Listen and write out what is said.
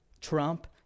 Trump